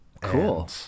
Cool